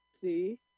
See